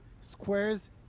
squares